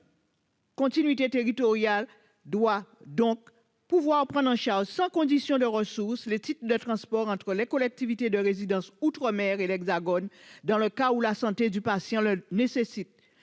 de continuité territoriale doit donc pouvoir prendre en charge, sans condition de ressources, les titres de transport pour ces déplacements entre les collectivités de résidence outre-mer et l'Hexagone, lorsque la santé du patient le nécessite.